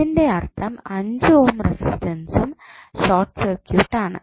ഇതിൻറെ അർഥം 5 ഓം റെസിസ്റ്റൻസും ഷോർട്ട് സർക്യൂട്ടാണ്